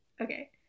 Okay